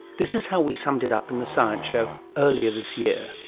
this is how we summed it up in the science show earlier this year.